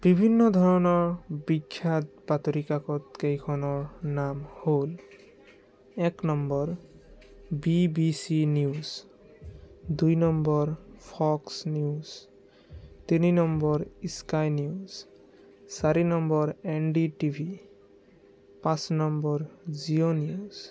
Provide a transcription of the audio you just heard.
বিভিন্ন ধৰণৰ বিখ্যাত বাতৰি কাকতকেইখনৰ নাম হ'ল এক নম্বৰ বি বি চি নিউজ দুই নম্বৰ ফক্স নিউজ তিনি নম্বৰ স্কাই নিউজ চাৰি নম্বৰ এন ডি টি ভি পাঁচ নম্বৰ জিঅ' নিউজ